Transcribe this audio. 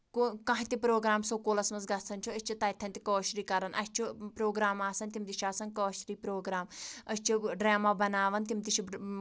گوٚو کانٛہہ تہِ پرٛوگرام سکوٗلَس منٛز گژھان چھُ أسی چھِ تَتھٮ۪ن تہِ کٲشرُے کَران اَسہِ چھُ پرٛوگرام آسان تِم تہِ چھِ آسان کٲشرُے پرٛوگرام أسۍ چھُ ڈراما بَناوان